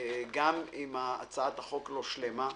גם אם הצעת החוק לא שלמה,